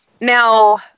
Now